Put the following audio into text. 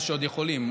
כאלה שעוד יכולים.